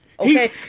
Okay